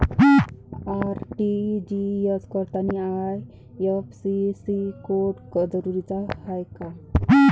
RTGS करतांनी IFSC code जरुरीचा हाय का?